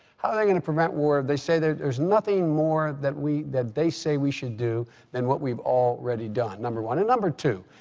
how are they going to prevent war if they say that there's nothing more that we that they say we should do than what we've already done, number one? and number two,